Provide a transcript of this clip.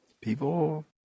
People